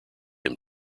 him